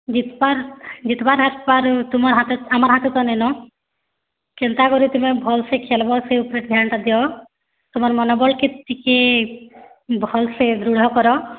ଜିତ୍ବାର ଆମର୍ ହାତେ ତ ନାଇନ କେନ୍ତା କରି ତୁମେ ଭଲ୍ସେ ଖେଲ୍ବ ସେ ଉପରେ ଧ୍ୟାନ୍ଟା ଦିଅ ତୁମର୍ ମନବଲ୍କେ ଟିକେ ଭଲ୍ସେ ଦୃଢ଼ କର